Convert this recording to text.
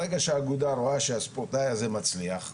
ברגע שהאגודה רואה שהספורטאי הזה מצליח,